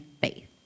faith